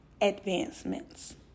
advancements